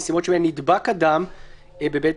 זה במקומות שבהם קראתם לאנשים לבוא,